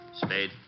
Spade